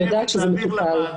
אני יודעת שזה מטופל.